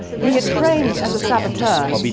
he had trained as a saboteur,